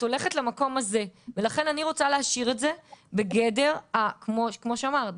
את הולכת למקום הזה ולכן אני רוצה להשאיר את זה בגדר כמו שאמרת,